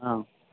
आम्